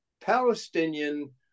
Palestinian